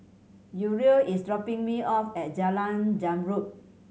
Uriel is dropping me off at Jalan Zamrud